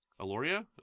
Aloria